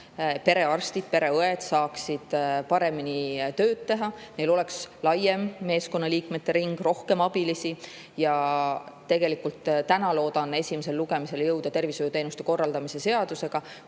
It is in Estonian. perearstid, pereõed saaksid paremini tööd teha, neil oleks laiem meeskonnaliikmete ring, rohkem abilisi. Täna loodan esimesele lugemisele jõuda tervishoiuteenuste korraldamise seaduse